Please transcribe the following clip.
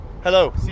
Hello